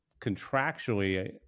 contractually